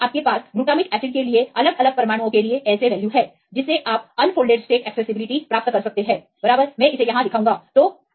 तो यहां आपके पास एक ही ग्लूटैमिक एसिड के लिए अलग अलग परमाणुओं के लिए ASA के वैल्यूज हैं जिससे आप अनफोल्डेड स्टेट एक्सेसिबिलिटी प्राप्त कर सकते हैं बराबर मैं इसे यहां दिखाऊंगा